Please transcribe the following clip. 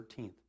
13th